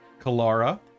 Kalara